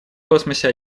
космосе